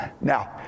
Now